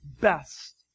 best